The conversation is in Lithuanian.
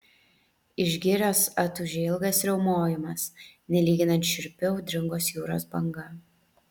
iš girios atūžė ilgas riaumojimas nelyginant šiurpi audringos jūros banga